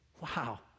Wow